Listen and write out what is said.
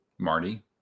Marty